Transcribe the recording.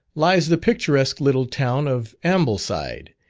lies the picturesque little town of ambleside,